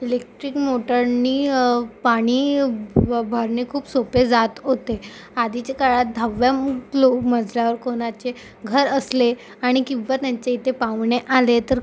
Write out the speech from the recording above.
electric मोटरनी पाणी भ भरणे खूप सोपे जात होते आधीच्या काळात दहाव्या लो मजल्यावर कोणाचे घर असले आणि किंवा त्यांच्या इथे पाहुणे आले तर